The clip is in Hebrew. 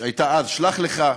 שהייתה אז שלח-לך.